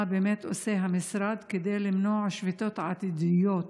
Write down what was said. מה באמת עושה המשרד כדי למנוע שביתות עתידיות כאלה?